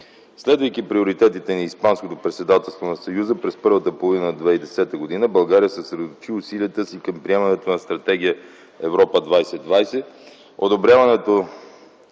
Следвайки приоритетите на Испанското председателство на Съюза през първата половина на 2010 г., България съсредоточи усилията си към приемането на Стратегия „Европа 2020”,